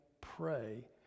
pray